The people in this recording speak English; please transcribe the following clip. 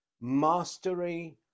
mastery